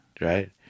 Right